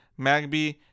Magby